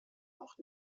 auch